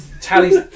Tally's